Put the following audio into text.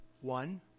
one